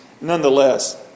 nonetheless